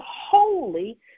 holy